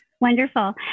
wonderful